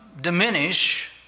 diminish